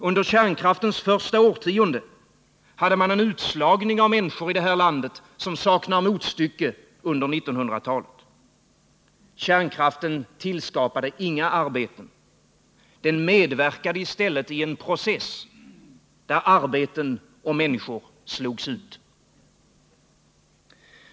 Under kärnkraftens första årtionde hade man en utslagning av människor i det här landet som saknar motstycke under 1900-talet. Kärnkraften tillskapade inga arbeten. Den medverkade i stället i en process, där arbeten och människor slogs ut.